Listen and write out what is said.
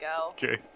okay